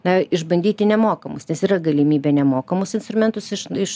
na išbandyti nemokamus nes yra galimybė nemokamus instrumentus iš iš